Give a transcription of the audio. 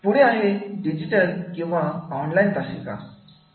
पुढे आहे डिजिटल किंवा ऑनलाइन तासिका